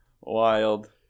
Wild